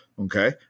okay